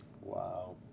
Wow